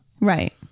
right